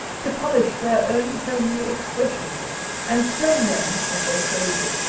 to polish their own homely expressions and turn them, as they phrased, it,